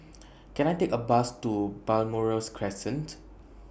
Can I Take A Bus to Balmoral Crescent